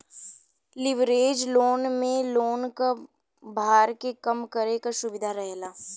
leverage loan में loan क भार के कम करे क सुविधा रहेला